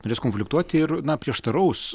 norės konfliktuoti ir na prieštaraus